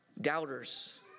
Doubters